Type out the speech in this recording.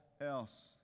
else